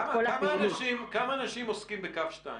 כמה אנשים עוסקים בקו 2?